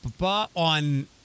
on